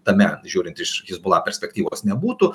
tame žiūrint iš hezbollah perspektyvos nebūtų